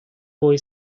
boy